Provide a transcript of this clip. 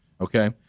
Okay